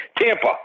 Tampa